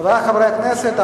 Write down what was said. חברי חברי הכנסת,